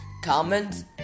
Comment